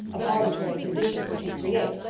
of arbitrary conditions which we create,